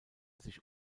sich